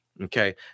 Okay